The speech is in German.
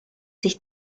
sich